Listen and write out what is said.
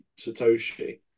Satoshi